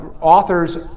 authors